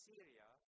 Syria